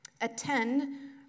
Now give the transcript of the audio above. Attend